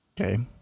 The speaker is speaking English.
Okay